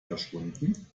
verschwunden